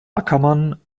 ackermann